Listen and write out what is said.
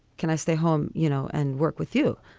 can i stay home? you know, and work with you.